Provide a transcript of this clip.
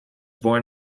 born